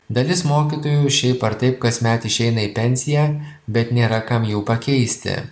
dalis mokytojų šiaip ar taip kasmet išeina į pensiją bet nėra kam jų pakeisti